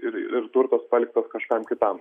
ir ir turtas paliktas kažkam kitam